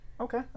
Okay